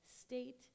state